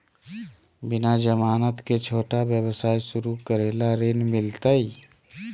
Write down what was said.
बिना जमानत के, छोटा व्यवसाय शुरू करे ला ऋण मिलतई?